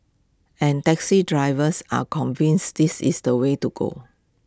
and taxi drivers are convinced this is the way to go